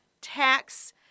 tax